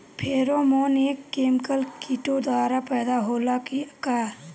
Pheromone एक chemical किटो द्वारा पैदा होला का?